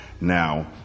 Now